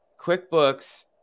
QuickBooks